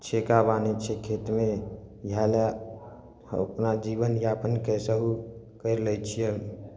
छेका बान्है छियै खेतमे वएह लए हम अपना जीवन यापन कैसहू करिलै छियै